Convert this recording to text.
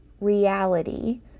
reality